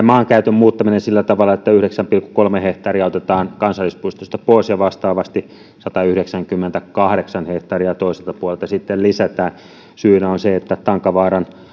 maankäytön muuttaminen sillä tavalla että yhdeksän pilkku kolme hehtaaria otetaan kansallispuistosta pois ja vastaavasti satayhdeksänkymmentäkahdeksan hehtaaria toiselta puolelta sitten lisätään syynä on se että tankavaaran